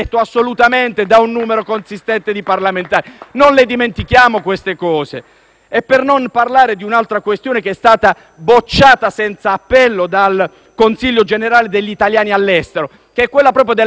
Per non parlare di un'altra questione che è stata bocciata senza appello dal Consiglio generale degli italiani all'estero: la riduzione dei nostri parlamentari che vengono eletti all'estero. Mentre tutti i dati ci dicono che